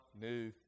new